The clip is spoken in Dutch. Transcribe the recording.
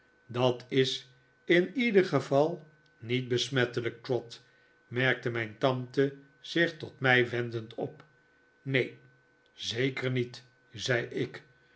dat is in ieder geval niet besmettelijk trot merkte mijn tante zich tot mij wendend op neen zeker niet zei ik